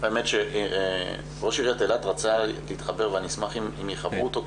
האמת שראש עירית אילת רצה להתחבר ואני אשמח אם יחברו אותו,